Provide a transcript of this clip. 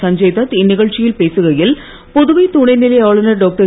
சஞ்சய்தத் இந்நிகழ்ச்சியில் பேசுகையில் புதுவை துணைநிலை ஆளுநர் டாக்டர்